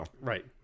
Right